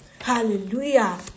Hallelujah